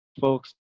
folks